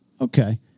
Okay